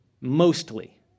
mostly